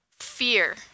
fear